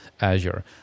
Azure